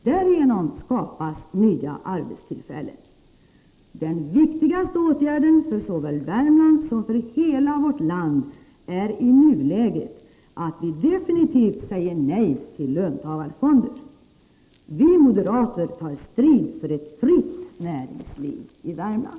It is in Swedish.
Därigenom skapas nya arbetstillfällen. Den viktigaste åtgärden för såväl Värmland som för hela vårt land är i nuläget att vi definitivt säger nej till löntagarfonder. Vi moderater tar strid för ett fritt näringsliv i Värmland!